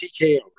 TKO